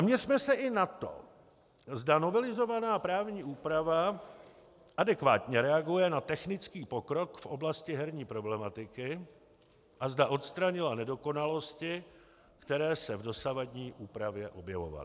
Zaměřme se i na to, zda novelizovaná právní úprava adekvátně reaguje na technický pokrok v oblasti herní problematiky a zda odstranila nedokonalosti, které se v dosavadní úpravě objevovaly.